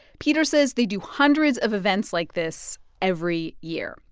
peter says they do hundreds of events like this every year.